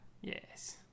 yes